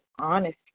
honest